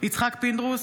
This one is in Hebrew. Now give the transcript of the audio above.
יצחק פינדרוס,